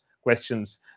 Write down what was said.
Questions